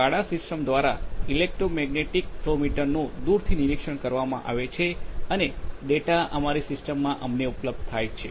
તેથી SCADA system દ્વારા electromagnetic flow મીટરનું દૂરથી નિરીક્ષણ કરવામાં આવે છે અને ડેટા અમારી સિસ્ટમમાં અમને ઉપલબ્ધ થાય છે